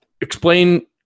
explain